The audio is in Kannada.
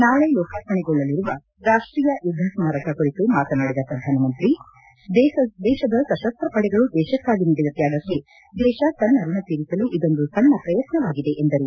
ನಾಳೆ ಲೋಕಾರ್ಪಣೆಗೊಳ್ಳಲಿರುವ ರಾಷ್ಟೀಯ ಯುದ್ದ ಸ್ಮಾರಕ ಕುರಿತು ಮಾತನಾದಿದ ಪ್ರಧಾನಮಂತ್ರಿ ದೇಶದ ಸಶಸ್ತ್ರ ಪಡೆಗಳು ದೇಶಕ್ಕಾಗಿ ನೀದಿದ ತ್ಯಾಗಕ್ಕೆ ದೇಶ ತನ್ನ ಋಣ ತೀರಿಸಲು ಇದೊಂದು ಸಣ್ಣ ಪ್ರಯತ್ನವಾಗಿದೆ ಎಂದರು